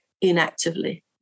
inactively